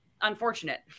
unfortunate